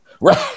Right